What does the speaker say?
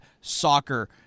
soccer